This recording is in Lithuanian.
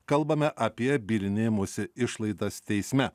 kalbame apie bylinėjimosi išlaidas teisme